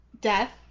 death